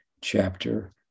chapter